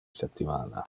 septimana